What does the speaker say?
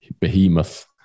behemoth